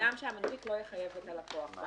וגם שהמנפיק לא יחייב את הלקוח.